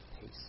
peace